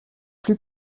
plus